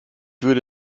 würde